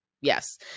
yes